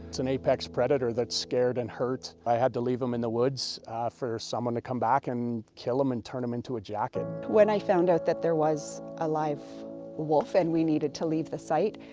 it's an apex predator that's scared and hurt. i had to leave him in the woods for someone to come back and kill him and turn him into a jacket. when i found out that there was a live wolf and we needed to leave the site.